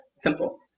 simple